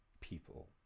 people